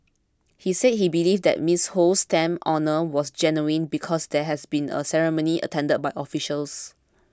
he said he believed that Miss Ho's stamp honour was genuine because there had been a ceremony attended by officials